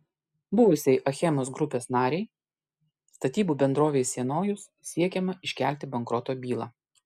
buvusiai achemos grupės narei statybų bendrovei sienojus siekiama iškelti bankroto bylą